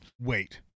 Wait